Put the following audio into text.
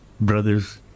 brothers